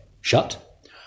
shut